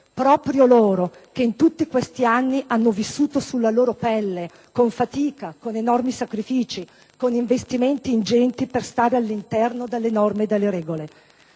Proprio loro, che in tutti questi anni hanno vissuto sulla loro pelle con fatica, con enormi sacrifici, con investimenti ingenti per stare all'interno delle norme e delle regole.